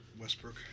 Westbrook